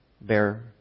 bear